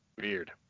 Weird